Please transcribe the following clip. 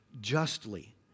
justly